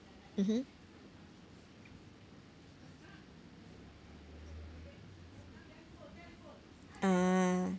mmhmm ah